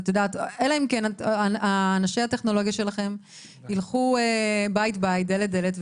אלא אם כן אנשי הטכנולוגיה שלכם ילכו בית בית ודלת דלת,